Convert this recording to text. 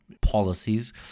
policies